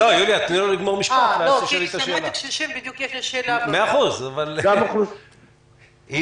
לא רק בגלל שהם מתים יותר מקורונה אלא כי אוכלוסיית הקשישים